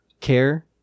care